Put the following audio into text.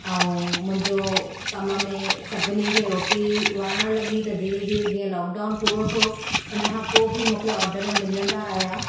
ऐं मुंहिंजे कम में सभिनी खे रोटी वणणु लॻी त धीरे धीरे जीअं लॉकडाउन पूरो थियो उनखां पोइ बि मूंखे ऑर्डर मिलंदा रहिया